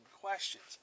questions